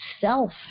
self